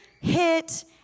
hit